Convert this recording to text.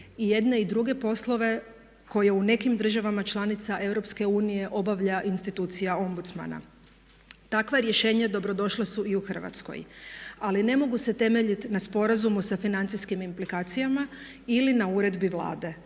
I jedne i druge poslove koje u nekim državama članicama EU obavlja institucija ombudsmana. Takva rješenja dobrodošla su i u Hrvatskoj. Ali ne mogu se temeljiti na sporazumu sa financijskim implikacijama ili na uredbi Vlade